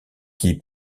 qui